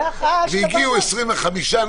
והגיעו 25,